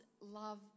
love